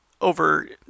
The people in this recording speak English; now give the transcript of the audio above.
over